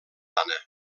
anna